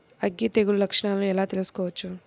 అగ్గి తెగులు లక్షణాలను ఎలా తెలుసుకోవచ్చు?